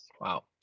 wow